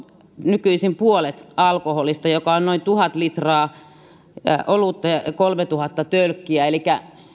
nykyisin puolet alkoholista joka on noin tuhat litraa olutta eli kolmetuhatta tölkkiä elikkä